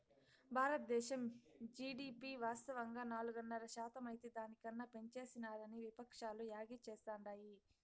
బారద్దేశం జీడీపి వాస్తవంగా నాలుగున్నర శాతమైతే దాని కన్నా పెంచేసినారని విపక్షాలు యాగీ చేస్తాండాయి